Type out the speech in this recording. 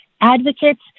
advocates